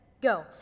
Go